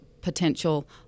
potential